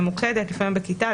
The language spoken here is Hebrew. ממוקד לפעמים בכיתה,